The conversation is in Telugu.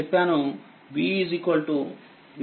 vn వరకు ఉంది